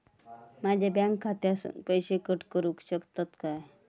माझ्या बँक खात्यासून पैसे कट करुक शकतात काय?